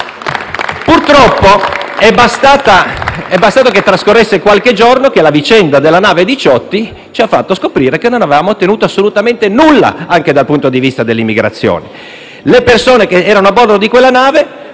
Purtroppo è bastato che trascorresse qualche giorno perché la vicenda della nave Diciotti ci facesse scoprire che non avevamo ottenuto assolutamente nulla, neppure dal punto di vista dell'immigrazione: le persone che erano a bordo di quella nave